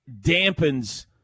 dampens